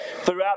throughout